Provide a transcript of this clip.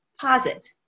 posit